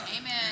Amen